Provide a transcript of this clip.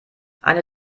eine